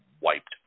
wiped